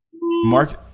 Mark